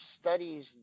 studies